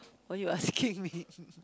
what you asking me